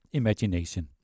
imagination